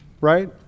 right